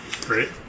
Great